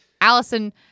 Allison